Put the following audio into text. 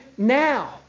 now